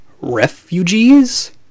Refugees